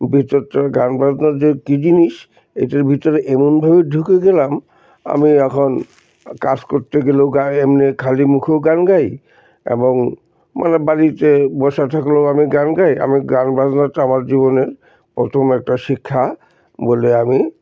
ভিতরটা গান বাজনার যে কী জিনিস এটার ভিতরে এমনভাবে ঢুকে গেলাম আমি এখন কাজ করতে গেলেও গা এমনি খালি মুখেও গান গাই এবং মানে বাড়িতে বসা থাকলেও আমি গান গাই আমি গান বাজনাটা আমার জীবনের প্রথম একটা শিক্ষা বলে আমি